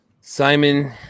Simon